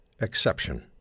exception